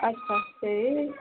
ଆଚ୍ଛା ସେଇ